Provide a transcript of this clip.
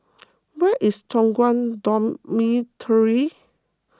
where is Toh Guan Dormitory